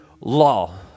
law